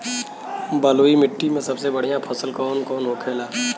बलुई मिट्टी में सबसे बढ़ियां फसल कौन कौन होखेला?